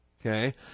Okay